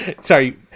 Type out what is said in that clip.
sorry